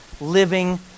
living